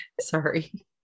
Sorry